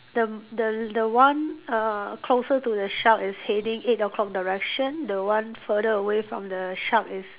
the the the one uh closer to the shop is heading eight O-clock direction the one further away from the shop is